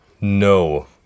No